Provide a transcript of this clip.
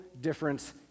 difference